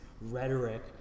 rhetoric